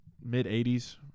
mid-80s